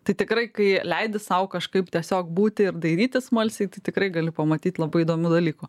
tai tikrai kai leidi sau kažkaip tiesiog būti ir dairytis smalsiai tai tikrai gali pamatyti labai įdomių dalykų